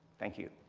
thank you.